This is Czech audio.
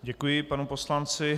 Děkuji panu poslanci.